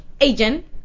agent